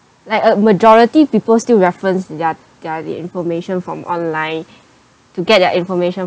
like a majority people still reference their their the information from online to get their information